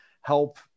help